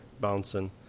bouncing